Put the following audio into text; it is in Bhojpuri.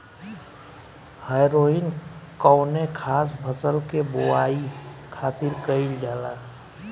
हैरोइन कौनो खास फसल के बोआई खातिर कईल जाला